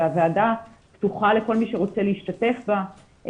והוועדה פתוחה לכל מי שרוצה להשתתף בה.